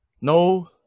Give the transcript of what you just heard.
no